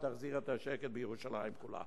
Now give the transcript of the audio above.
ותחזיר את השקט בירושלים כולה.